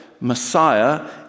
Messiah